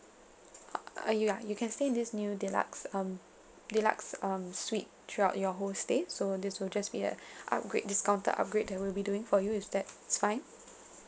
uh uh ya you can stay in this new deluxe um deluxe um suite throughout your whole stay so this will just be a upgrade discounted upgrade that we'll be doing for you if that is fine